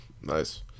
nice